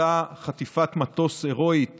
אותה חטיפת מטוס הרואית